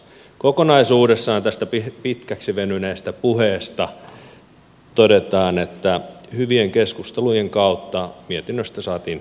kokonaisuudessaan tässä pitkäksi venyneessä puheessa todetaan että hyvien keskustelujen kautta mietinnöstä saatiin yksimielinen